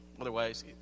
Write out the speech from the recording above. Otherwise